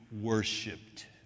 worshipped